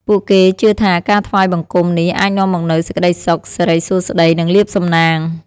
ពួកគេជឿថាការថ្វាយបង្គំនេះអាចនាំមកនូវសេចក្តីសុខ សិរីសួស្តី និងលាភសំណាង។